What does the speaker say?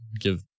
Give